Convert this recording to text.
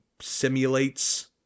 simulates